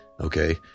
okay